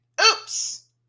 Oops